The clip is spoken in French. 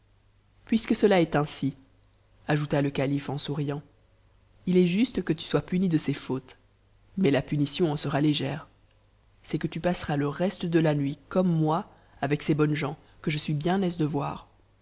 puisque cela est ainsi ajouta le calife en souriant it est juste que tu sois puni de ces fautes mais la punition en so t tc ère c'est que tu passeras le reste de la nuit comme moi avec es homics gens que je suis bien aise de voir